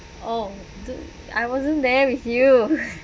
oh I wasn't there with you